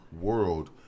world